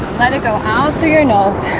let it go out through your nose